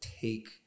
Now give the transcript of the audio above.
take